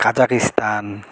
Kazakhstan